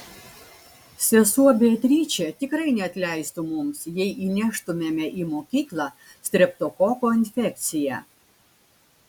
sesuo beatričė tikrai neatleistų mums jei įneštumėme į mokyklą streptokoko infekciją